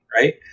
right